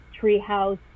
Treehouse